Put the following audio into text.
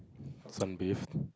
some beef